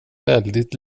väldigt